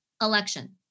election